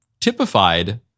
typified